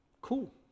cool